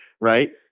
right